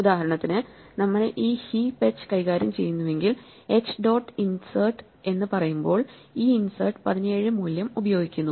ഉദാഹരണത്തിന് നമ്മൾ ഈ ഹീപ്പ് h കൈകാര്യം ചെയ്യുന്നുവെങ്കിൽ h ഡോട്ട് ഇൻസേർട്ട് എന്ന് പറയുമ്പോൾ ഈ ഇൻസേർട്ട് 17 മൂല്യം ഉപയോഗിക്കുന്നു